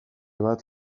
bat